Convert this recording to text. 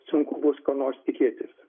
sunku bus ko nors tikėtis